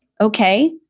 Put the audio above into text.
okay